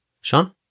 Sean